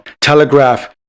telegraph